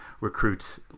recruits